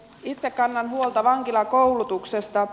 itse kannan huolta vankilakoulutuksesta